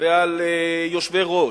ועל יושבי-ראש,